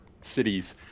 cities